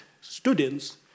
students